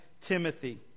Timothy